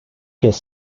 kez